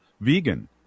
vegan